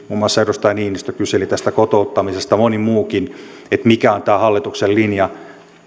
muun muassa edustaja niinistö kyseli tästä kotouttamisesta moni muukin mikä on hallituksen linja